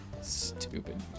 Stupid